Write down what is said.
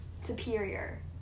superior